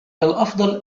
الأفضل